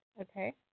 okay